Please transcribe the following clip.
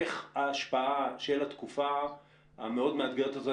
איך ההשפעה של התקופה המאוד מאתגרת הזאת,